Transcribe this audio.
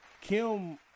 kim